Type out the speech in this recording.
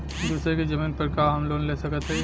दूसरे के जमीन पर का हम लोन ले सकत हई?